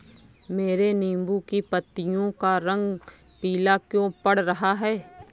मेरे नींबू की पत्तियों का रंग पीला क्यो पड़ रहा है?